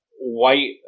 white